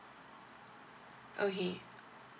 okay